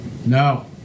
No